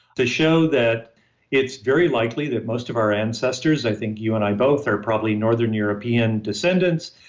to show that it's very likely that most of our ancestors, i think you and i both are probably northern european descendants,